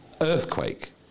earthquake